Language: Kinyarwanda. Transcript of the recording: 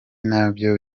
nabyo